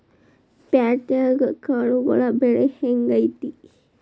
ಪ್ಯಾಟ್ಯಾಗ್ ಕಾಳುಗಳ ಬೆಲೆ ಹೆಂಗ್ ಐತಿ?